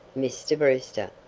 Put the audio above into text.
mr. brewster.